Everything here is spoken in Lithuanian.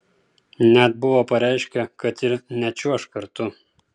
net buvo pareiškę kad ir nečiuoš kartu